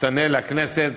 שתענה לכנסת